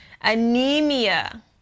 anemia